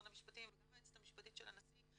המשפטים וגם היועצת המשפטית של הנשיא,